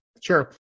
Sure